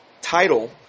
title